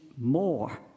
more